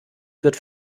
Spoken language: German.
wird